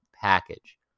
package